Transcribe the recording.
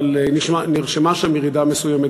אבל נרשמה שם ירידה מסוימת,